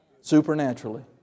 supernaturally